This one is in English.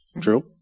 True